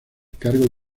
cargo